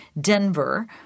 Denver